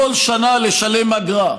בכל שנה לשלם אגרה.